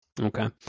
Okay